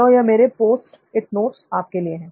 तो यह मेरे पोस्ट इट नोट्स आपके लिए हैं